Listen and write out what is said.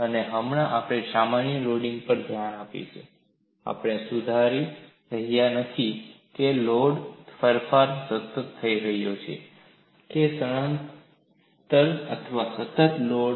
અને હમણાં આપણે સામાન્ય લોડિંગ પર ધ્યાન આપીશું આપણે સુધારી રહ્યા નથી કે લોડ ફેરફાર સતત થઈ રહ્યો છે કે કેમ સ્થાનાંતરણ અથવા સતત લોડ